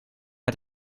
met